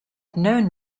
known